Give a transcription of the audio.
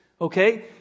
Okay